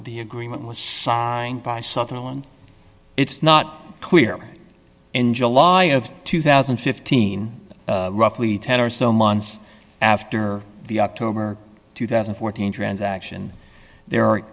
the agreement was signed by sutherland it's not clear in july of two thousand and fifteen roughly ten or so months after the october two thousand and fourteen transaction the